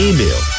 Email